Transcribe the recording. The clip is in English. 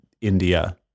India